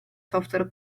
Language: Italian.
software